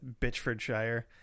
Bitchfordshire